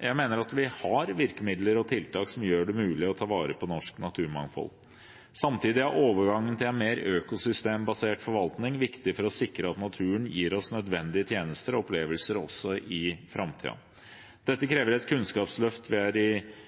Jeg mener at vi har virkemidler og tiltak som gjør det mulig å ta vare på norsk naturmangfold. Samtidig er overgangen til en mer økosystembasert forvaltning viktig for å sikre at naturen gir oss nødvendige tjenester og opplevelser også i framtiden. Dette krever et kunnskapsløft vi er godt i